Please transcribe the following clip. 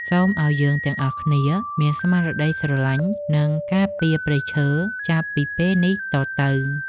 សូមឱ្យយើងទាំងអស់គ្នាមានស្មារតីស្រឡាញ់ និងការពារព្រៃឈើចាប់ពីពេលនេះតទៅ។